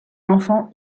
enfant